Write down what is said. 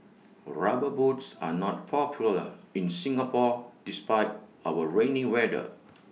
rubber boots are not popular in Singapore despite our rainy weather